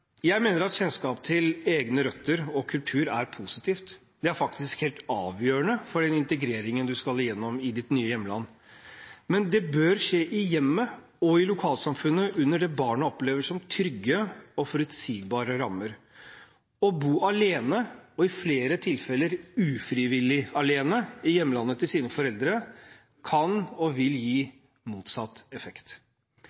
Jeg mener at kjennskap til egne røtter og kultur er positivt – det er faktisk helt avgjørende for den integreringen man skal igjennom i sitt nye hjemland. Men det bør skje i hjemmet og i lokalsamfunnet under det barnet opplever som trygge og forutsigbare rammer. Å bo alene – og i flere tilfeller ufrivillig alene – i hjemlandet til sine foreldre kan og vil gi